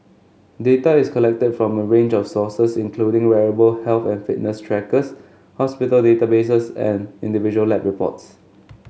data is collected from a range of sources including wearable health and fitness trackers hospital databases and individual lab reports